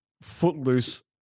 Footloose